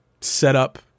setup